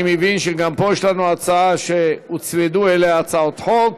אני מבין שגם פה יש לנו הצעה שהוצמדו אליה הצעות חוק,